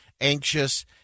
anxious